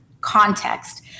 context